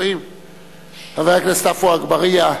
חבר הכנסת עפו אגבאריה,